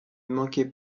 manquait